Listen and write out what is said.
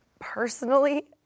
personally